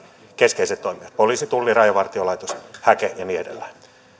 keskeiset toimijat poliisi tulli rajavartiolaitos häke ja niin edelleen